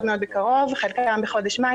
אני ביקשתי רשות דיבור לגבי החוקים.